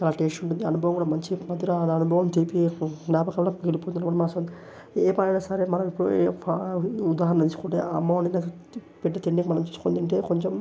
చాలా టేస్ట్ ఉంటుంది అనుభవం కూడా మంచి మధురాను అనుభవం ఏ పండైనా సరే మనం కూడా ఉదాహరణ తీసుకుంటే అమ్మ వండింది పెట్టి తిన్నాక మనం చూసుకుని తింటే కొంచెం